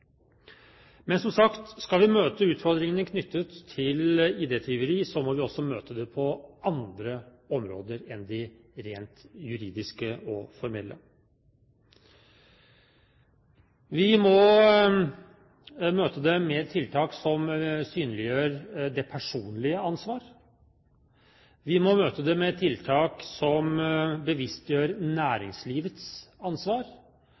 Men, som sagt, skal vi møte utfordringene knyttet til ID-tyveri, må vi også møte dem på andre områder enn de rent juridiske og formelle. Vi må møte dem med tiltak som synliggjør det personlige ansvar, vi må møte dem med tiltak som bevisstgjør næringslivets ansvar,